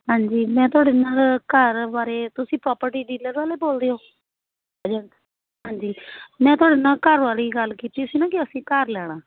ਹਾਂਜੀ ਮੈਂ ਤੁਹਾਡੇ ਨਾਲ ਘਰ ਬਾਰੇ ਤੁਸੀਂ ਪ੍ਰੋਪਰਟੀ ਡੀਲਰ ਵਾਲੇ ਬੋਲਦੇ ਹੋ ਹਾਂਜੀ ਮੈਂ ਤੁਹਾਡੇ ਨਾਲ ਘਰ ਵਾਲੀ ਗੱਲ ਕੀਤੀ ਸੀ ਨਾ ਕਿ ਅਸੀਂ ਘਰ ਲੈਣਾ